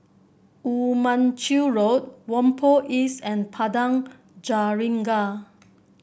Woo Mon Chew Road Whampoa East and Padang Jeringau